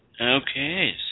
Okay